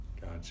Gotcha